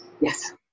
Yes